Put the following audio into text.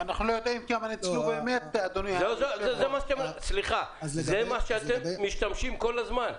זה מה שאתם משתמשים כל הזמן.